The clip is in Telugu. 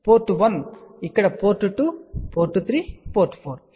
కాబట్టి పోర్ట్ 1 ఇక్కడ పోర్ట్ 2 పోర్ట్ 3 పోర్ట్ 4